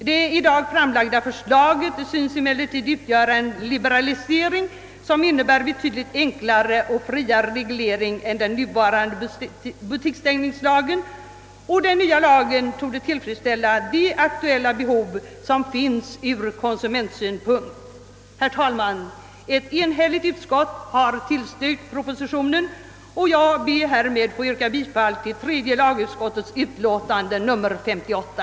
Det nu framlagda förslaget synes emellertid innebära en liberalisering, som medför en betydligt enklare och friare reglering än den nuvarande butiksstängningslagen, och den nya lagen torde tillfredsställa de behov som är aktuella från konsumentsynpunkt. Herr talman! Ett enhälligt utskott har tillstyrkt propositionen. Jag ber härmed att också få yrka bifall till tredje lagutskottets hemställan i dess utlåtande nr 58.